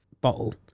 bottle